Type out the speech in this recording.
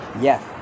Yes